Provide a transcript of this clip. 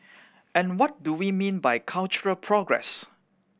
and what do we mean by cultural progress